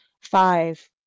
five